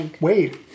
Wait